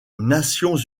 nations